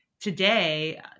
today